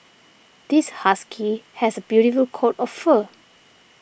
this husky has a beautiful coat of fur